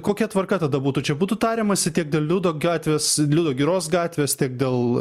kokia tvarka tada būtų čia būtų tariamasi tiek dėl liudo gatvės liudo giros gatvės tiek dėl